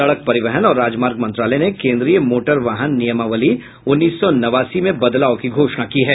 सड़क परिवहन और राजमार्ग मंत्रालय ने केन्द्रीय मोटर वाहन नियमावली उन्नीस सौ नवासी में बदलाव की घोषणा की है